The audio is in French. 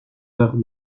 heures